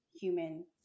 human